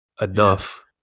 enough